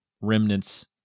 remnants